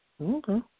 Okay